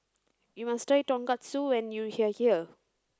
you must try Tonkatsu when you are here